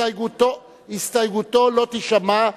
הסתייגותו לא תישמע,